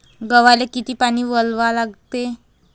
गव्हाले किती पानी वलवा लागते?